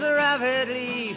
rapidly